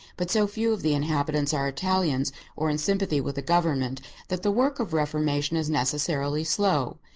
but so few of the inhabitants are italians or in sympathy with the government that the work of reformation is necessarily slow.